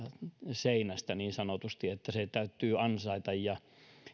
seinästä niin sanotusti vaan se täytyy ansaita ja